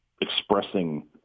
expressing